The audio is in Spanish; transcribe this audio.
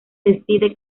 decide